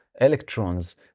electrons